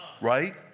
Right